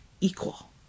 equal